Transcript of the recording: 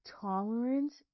tolerance